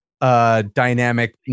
dynamic